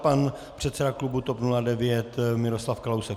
Pan předseda klubu TOP 09 Miroslav Kalousek.